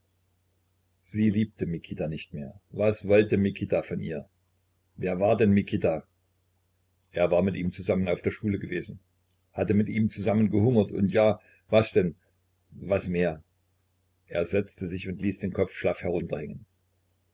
sie liebte mikita nicht mehr was wollte mikita von ihr wer war denn mikita er war mit ihm zusammen auf der schule gewesen hatte mit ihm zusammen gehungert und ja was denn was mehr er setzte sich und ließ den kopf schlaff